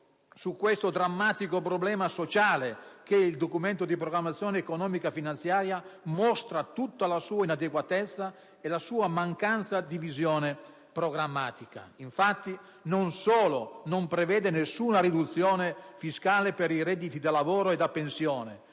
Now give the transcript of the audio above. di questo drammatico problema sociale che il Documento di programmazione economico-finanziaria mostra tutta la sua inadeguatezza e la sua mancanza di visione programmatica. Infatti, non solo non prevede alcuna riduzione fiscale per i redditi da lavoro e da pensione